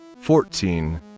fourteen